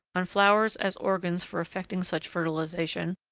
on flowers as organs for effecting such fertilisation,